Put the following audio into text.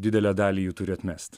didelę dalį jų turiu atmest